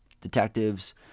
detectives